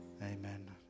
Amen